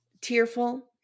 tearful